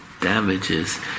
damages